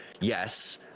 yes